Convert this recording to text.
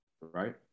right